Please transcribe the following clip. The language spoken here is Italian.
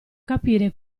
capire